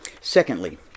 Secondly